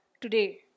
today